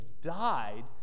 died